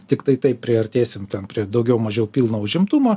tiktai taip priartėsim ten prie daugiau mažiau pilno užimtumo